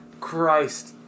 Christ